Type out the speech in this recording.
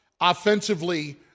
offensively